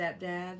stepdad